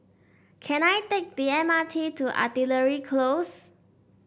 can I take the M R T to Artillery Close